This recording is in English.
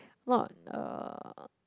not uh